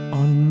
on